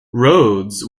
rhodes